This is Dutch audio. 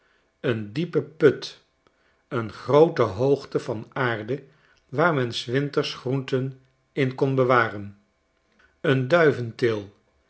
een diepen put een groote hoogte van aarde waar men s winters groenten in kon bewaren een duiventil